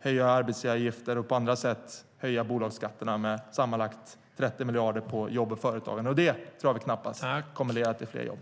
höja arbetsgivaravgifter och på andra sätt höja bolagsskatterna med sammanlagt 30 miljarder på jobb och företagande. Det tror jag knappast kommer att leda till fler jobb.